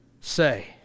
say